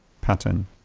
pattern